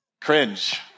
Cringe